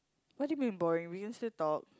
what do you mean boring we used to talk